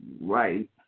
right